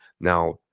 Now